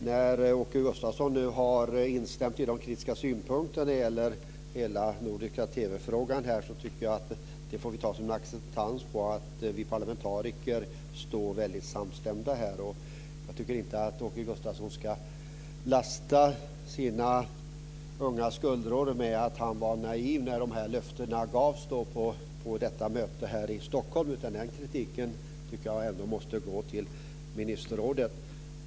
Herr talman! Åke Gustavsson har nu instämt i de kritiska synpunkterna när det gäller hela den nordiska TV-frågan. Jag tycker att vi får ta det som en acceptans på att vi parlamentariker där står väldigt samstämda. Jag tycker inte att Åke Gustavsson ska lasta sina unga skuldror med att han var naiv när de här löftena gavs på mötet i Stockholm. Jag tycker att kritiken mot detta måste gå till ministerrådet.